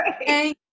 Hey